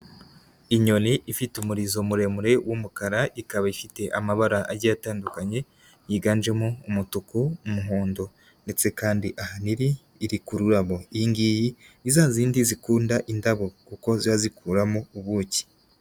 Inyoni ifite umurizo muremure w'umukara ikaba ifite amabara agiye atandukanye yiganjemo umutuku n'umuhondo ndetse kandi ahantu iri, iri ku rurabo, iyi ngiyi ni zazindi zikunda indabo kuko ziba zikuramo ubuki.